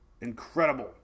incredible